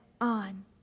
on